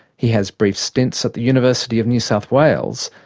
he has brief stints at the university of new south wales,